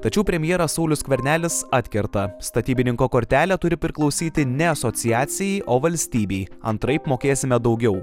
tačiau premjeras saulius skvernelis atkerta statybininko kortelė turi priklausyti ne asociacijai o valstybei antraip mokėsime daugiau